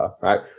Right